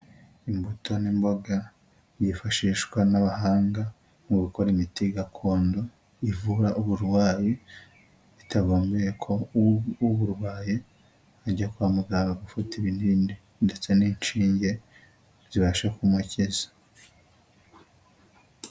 Imbuto n'imboga byifashishwa n'abahanga mu gukora imiti gakondo, ivura uburwayi bitagombeye ko uburwaye ajya kwa muganga gufata ibinini ndetse n'inshinge zibasha kumukiza.